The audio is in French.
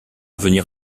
venir